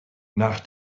nach